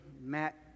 Matt